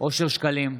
אושר שקלים,